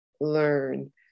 learn